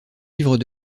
livres